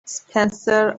spencer